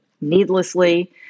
needlessly